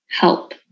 help